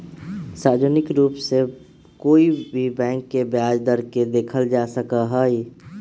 सार्वजनिक रूप से कोई भी बैंक के ब्याज दर के देखल जा सका हई